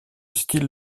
style